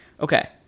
Okay